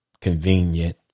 convenient